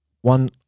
one